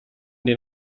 den